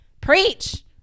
Preach